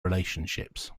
relationships